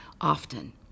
often